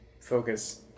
focus